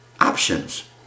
options